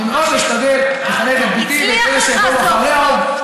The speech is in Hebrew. אני מאוד אשתדל לחנך את בתי ואת אלה שיבואו אחריה עוד,